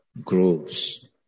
grows